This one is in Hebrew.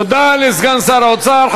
תודה לסגן שר האוצר.